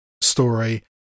story